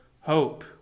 hope